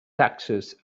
taxes